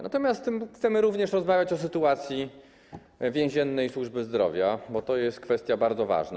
Natomiast chcemy również rozmawiać o sytuacji więziennej służby zdrowia, bo to jest kwestia bardzo ważna.